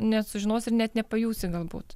nesužinos ir net nepajusi galbūt